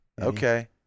Okay